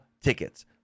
tickets